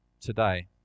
today